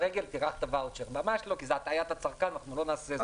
זאת הטעיית הצרכן ואנחנו לא נעשה זאת.